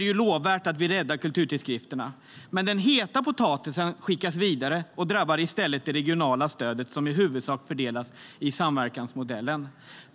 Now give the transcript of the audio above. Det är lovvärt att kulturtidskrifterna räddas. Men den heta potatisen skickas vidare och drabbar i stället det regionala stödet, som i huvudsak fördelas i samverkansmodellen.